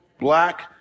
black